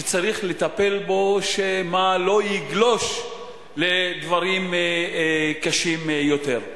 שצריך לטפל בו שמא יגלוש לדברים קשים יותר.